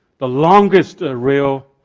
the longest rail